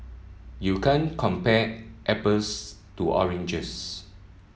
you can't compare apples to oranges